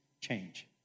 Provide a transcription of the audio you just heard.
change